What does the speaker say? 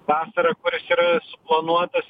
vasarą kuris yra suplanuotas